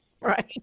right